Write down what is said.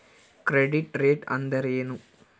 Credit rate ಅಂದರೆ ಏನು?